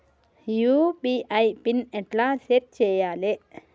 UPI PIN ఎట్లా set చేయాలే?